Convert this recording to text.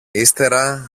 ύστερα